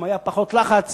גם היה פחות לחץ